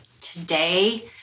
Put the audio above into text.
today